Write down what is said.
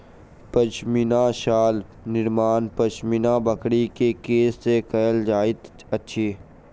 पश्मीना शाल निर्माण पश्मीना बकरी के केश से कयल जाइत अछि